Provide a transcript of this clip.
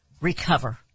recover